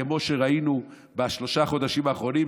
כמו שראינו בשלושת החודשים האחרונים,